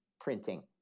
printing